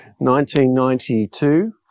1992